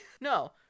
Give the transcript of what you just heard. no